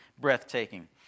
breathtaking